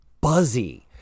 buzzy